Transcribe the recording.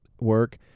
work